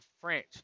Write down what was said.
French